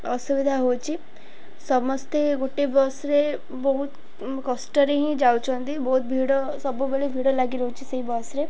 ଅସୁବିଧା ହେଉଛି ସମସ୍ତେ ଗୋଟେ ବସ୍ରେ ବହୁତ କଷ୍ଟରେ ହିଁ ଯାଉଛନ୍ତି ବହୁତ ଭିଡ଼ ସବୁବେଳେ ଭିଡ଼ ଲାଗି ରହୁଛି ସେଇ ବସ୍ରେ